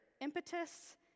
impetus